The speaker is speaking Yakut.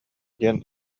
диэн